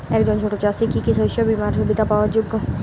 একজন ছোট চাষি কি কি শস্য বিমার সুবিধা পাওয়ার যোগ্য?